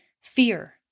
fear